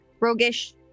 roguish